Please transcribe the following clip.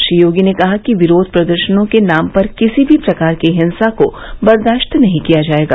श्री योगी ने कहा कि विरोध प्रदर्शनों के नाम पर किसी भी प्रकार की हिंसा को बर्दाश्त नहीं किया जाएगा